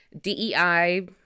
DEI